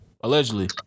allegedly